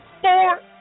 four